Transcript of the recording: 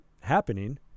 happening